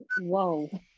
Whoa